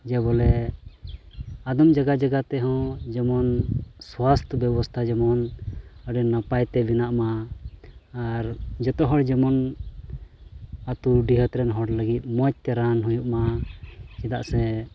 ᱡᱮ ᱵᱚᱞᱮ ᱟᱹᱫᱤᱢ ᱡᱟᱭᱜᱟ ᱡᱟᱭᱜᱟ ᱛᱮᱦᱚᱸ ᱡᱮᱢᱚᱱ ᱥᱟᱥᱛᱷᱚ ᱵᱮᱵᱚᱥᱛᱷᱟ ᱡᱮᱢᱚᱱ ᱟᱹᱰᱤ ᱱᱟᱯᱟᱭ ᱛᱮ ᱵᱮᱱᱟᱜ ᱢᱟ ᱟᱨ ᱡᱚᱛᱚ ᱦᱚᱲ ᱡᱮᱢᱚᱱ ᱟᱹᱛᱩ ᱰᱤᱦᱟᱹᱛ ᱦᱚᱲ ᱞᱟᱹᱜᱤᱫ ᱢᱚᱡᱽ ᱛᱮ ᱨᱟᱱ ᱦᱩᱭᱩᱜ ᱢᱟ ᱪᱮᱫᱟᱜ ᱥᱮ